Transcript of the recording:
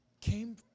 came